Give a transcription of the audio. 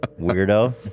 Weirdo